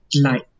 light